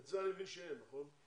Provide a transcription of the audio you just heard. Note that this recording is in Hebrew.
את זה אני מבין שאין, נכון?